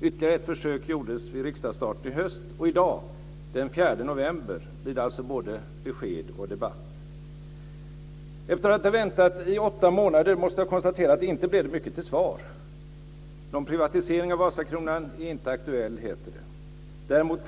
Ytterligare ett försök gjordes vid riksdagsstarten i höst, och i dag, den 4 november, blir det alltså både besked och debatt. Efter att ha väntat i åtta månader måste jag konstatera att det inte blev mycket till svar. Någon privatisering av Vasakronan är inte aktuell, heter det.